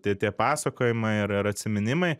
tai tie pasakojimai ir ir atsiminimai